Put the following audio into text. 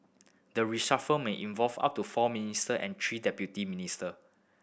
the reshuffle may involve up to four minister and three deputy minister